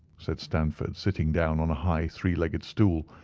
said stamford, sitting down on a high three-legged stool,